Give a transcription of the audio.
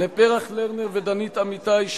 לפרח לרנר ודנית אמיתי,